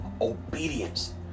Obedience